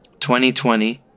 2020